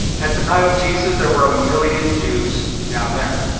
at the time of jesus, there were a million jews down there.